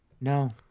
No